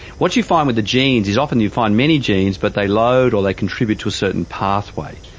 what you find with the genes is often you find many genes but they load or they contribute to a certain pathway.